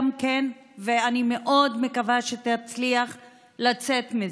ואני מאוד מקווה שהיא תצליח לצאת מזה.